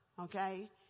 okay